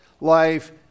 life